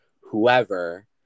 whoever